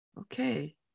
Okay